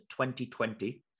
2020